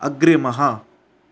अग्रिमः